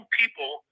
people